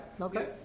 Okay